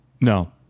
No